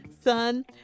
Son